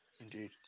Indeed